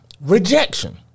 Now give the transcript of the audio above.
Rejection